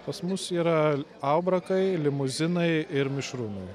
pas mus yra albrakai limuzinai ir mišrūnai